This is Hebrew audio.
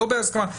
לא בהסכמה,